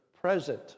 present